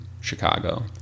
Chicago